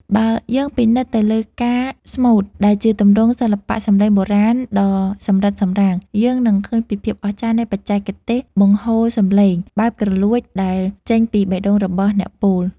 បើយើងពិនិត្យទៅលើការស្មូត ដែលជាទម្រង់សិល្បៈសម្លេងបុរាណដ៏សម្រិតសម្រាំង យើងនឹងឃើញពីភាពអស្ចារ្យនៃបច្ចេកទេសបង្ហូរសម្លេងបែបគ្រលួចដែលចេញពីបេះដូងរបស់អ្នកពោល។